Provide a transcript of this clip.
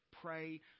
Pray